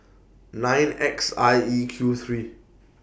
nine X I E Q three